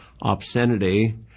obscenity